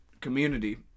community